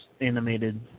animated